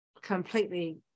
completely